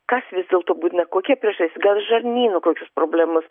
kas vis dėlto būtina kokie priežas gal žarnyno kokios problemos